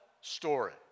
story